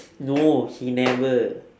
no he never